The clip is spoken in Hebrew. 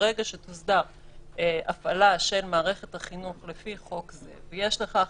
ברגע שתוסדר הפעלה של מערכת החינוך לפי חוק זה ויש לכך